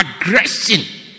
aggression